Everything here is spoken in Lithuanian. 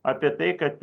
apie tai kad